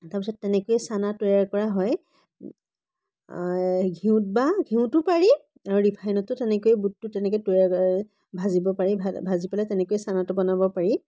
তাৰ পিছত তেনেকৈয়ে চানা তৈয়াৰ কৰা হয় ঘিউত বা ঘিউতো পাৰি আৰু ৰিফাইনতো তেনেকৈয়ে বুটটো তেনেকৈ তৈয়াৰ ভাজিব পাৰি ভাজি পেলাই তেনেকৈয়ে চানাটো বনাব পাৰি